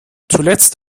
zuletzt